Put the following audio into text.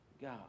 God